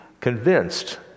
convinced